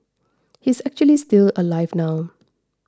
he's actually still alive now